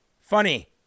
Funny